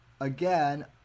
Again